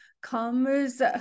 comes